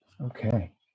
Okay